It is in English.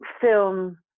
film